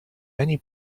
many